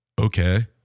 okay